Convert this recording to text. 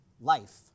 life